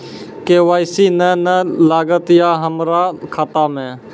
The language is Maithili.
के.वाई.सी ने न लागल या हमरा खाता मैं?